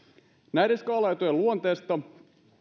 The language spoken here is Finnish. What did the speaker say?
näiden skaalaetujen luonteesta